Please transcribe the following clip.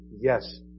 yes